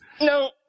No